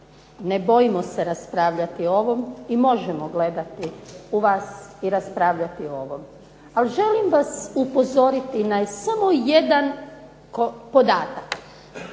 Ne bojimo se raspravljati o ovom i možemo gledati u vas i raspravljati o ovom, ali želim vas upozoriti na samo jedan podatak.